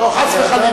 לא, חס וחלילה.